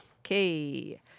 okay